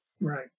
Right